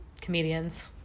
comedians